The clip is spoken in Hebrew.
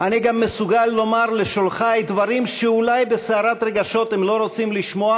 אני גם מסוגל לומר לשולחי דברים שאולי בסערת רגשות הם לא רוצים לשמוע.